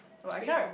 it's pretty cool